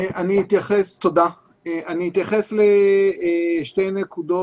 אני אתייחס לשתי נקודות,